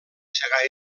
segar